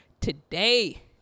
Today